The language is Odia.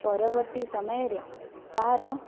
ପରବର୍ତ୍ତୀ ସମୟରେ ତାର